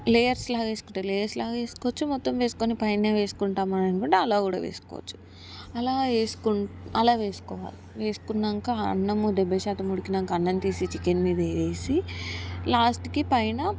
layers లాగేసుకుంటే layers లాగేసుకోవచ్చు మొత్తం వేసుకుని పైనే వేసుకుంటామంటే అలా కూడా వేసుకోవచ్చు అలా వేసుకో అలా వేసుకోవాలి వేసుకున్నాక ఆ అన్నము డెబ్భై శాతం ఉడికినాక అన్నం తీసి చికెన్ మీద వేసి లాస్ట్కి పైన